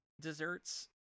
desserts